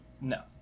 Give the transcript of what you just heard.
no